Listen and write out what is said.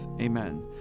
Amen